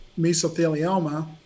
mesothelioma